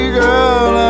girl